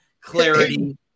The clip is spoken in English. clarity